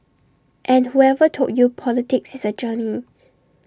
and whoever told you politics is A journey